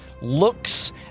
looks